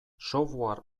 software